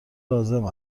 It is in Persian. لازم